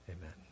Amen